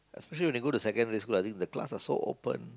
especially when you go secondary school the class are so open